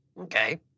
okay